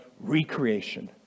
recreation